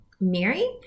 mary